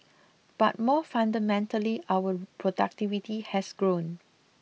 but more fundamentally our productivity has grown